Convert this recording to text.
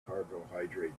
carbohydrate